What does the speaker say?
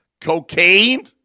cocaine